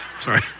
sorry